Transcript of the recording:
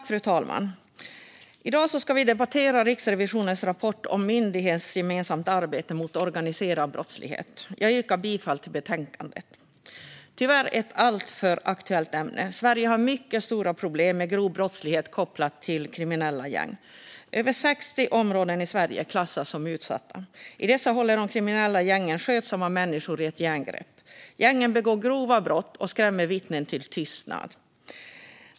Fru talman! I dag ska vi debattera Riksrevisionens rapport om myndighetsgemensamt arbete mot organiserad brottslighet. Jag yrkar bifall till utskottets förslag. Detta är tyvärr ett alltför aktuellt ämne. Sverige har mycket stora problem med grov brottslighet kopplad till kriminella gäng. Över 60 områden i Sverige klassas som utsatta. I dessa håller de kriminella gängen skötsamma människor i ett järngrepp. Gängen begår grova brott och skrämmer vittnen till tystnad.